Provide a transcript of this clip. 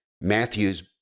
Matthew's